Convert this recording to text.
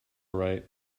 right